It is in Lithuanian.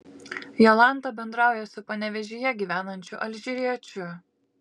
jolanta bendrauja su panevėžyje gyvenančiu alžyriečiu